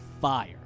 fire